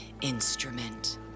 instrument